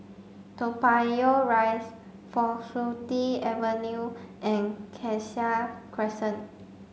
Toa Payoh Rise Faculty Avenue and Cassia Crescent